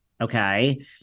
Okay